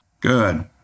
Good